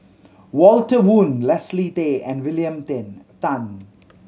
Walter Woon Leslie Tay and William Ten Tan